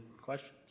questions